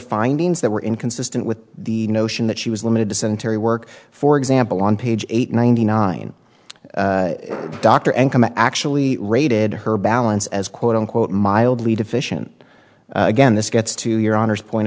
findings that were inconsistent with the notion that she was limited dysentery work for example on page eight ninety nine dr and can actually rated her balance as quote unquote mildly deficient again this gets to your honor's point